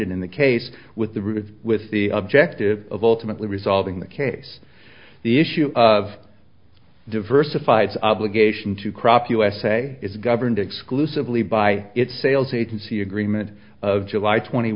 nt in the case with the roots with the objective of ultimately resolving the case the issue of diversifies obligation to crop usa is governed exclusively by its sales agency agreement of july twenty